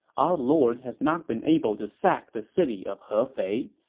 our lord has not been able to sack the city of hefei.